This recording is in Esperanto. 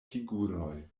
figuroj